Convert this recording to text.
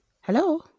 hello